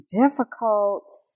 difficult